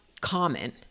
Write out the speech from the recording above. common